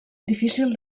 difícil